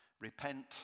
repent